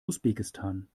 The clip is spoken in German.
usbekistan